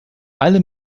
alle